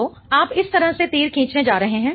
तो आप इस तरह से तीर खींचने जा रहे हैं